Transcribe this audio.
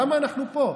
למה אנחנו פה?